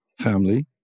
family